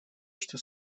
что